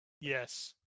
Yes